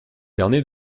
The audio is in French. berner